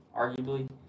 arguably